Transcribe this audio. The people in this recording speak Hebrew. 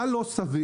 מה לא סביר?